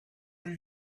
did